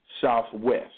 southwest